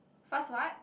first what